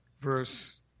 Verse